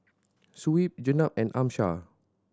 Shuib Jenab and Amsyar